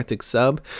sub